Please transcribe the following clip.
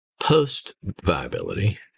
post-viability